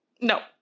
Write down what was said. No